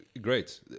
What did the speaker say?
great